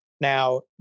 Now